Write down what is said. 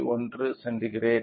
10 centigrade